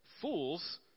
Fools